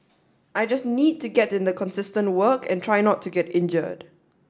I just need to get in the consistent work and try not to get injured